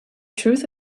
truth